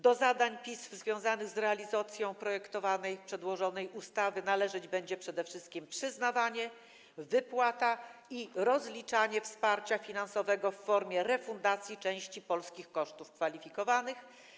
Do zadań PISF związanych z realizacją przedłożonej ustawy należeć będzie przede wszystkim przyznawanie, wypłata i rozliczanie wsparcia finansowego w formie refundacji części polskich kosztów kwalifikowanych.